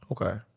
Okay